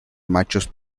machos